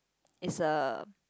it's a